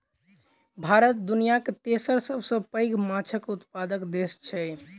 भारत दुनियाक तेसर सबसे पैघ माछक उत्पादक देस छै